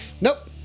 nope